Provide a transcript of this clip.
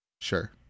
Sure